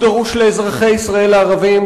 הוא דרוש לאזרחי ישראל הערבים,